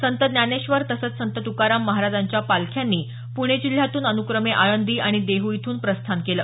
संत ज्ञानेश्वर तसंच संत तुकाराम महाराजांच्या पालख्यांनी पुणे जिल्ह्यातून अनुक्रमे आळंदी आणि देहू इथून प्रस्थान केलं